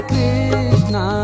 Krishna